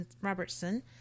Robertson